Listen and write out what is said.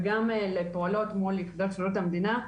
וגם לפעולות מול יחידות שירות המדינה.